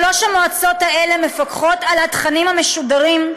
שלוש המועצות האלה מפקחות על התכנים המשודרים,